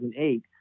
2008